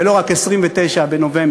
ולא רק 29 בנובמבר,